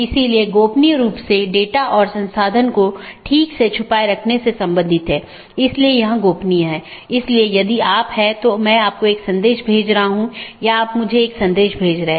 इसलिए सूचनाओं को ऑटॉनमस सिस्टमों के बीच आगे बढ़ाने का कोई रास्ता होना चाहिए और इसके लिए हम BGP को देखने की कोशिश करते हैं